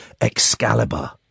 Excalibur